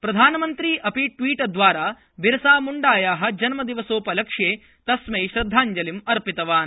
प्रधानमन्त्री अपि ट्वीट् द्वारा बिरसाम्ण्डायाः जन्मदिवसोपलक्ष्ये तस्मै श्रद्धाञ्जलिम् अर्पितवान्